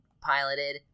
piloted